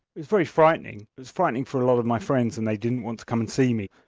was very frightening. it was frightening for a lot of my friends and they didn't want to come and see me.